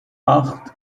acht